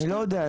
אני לא יודע,